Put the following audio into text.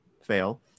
fail